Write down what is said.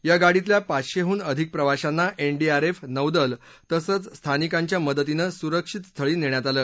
या गाडीतल्या पाचशेहून अधिक प्रवाशांना एनडीआरएफ नौदल तसंच स्थानिकांच्या मदतीनं सुरक्षित स्थळी नेण्यात आलं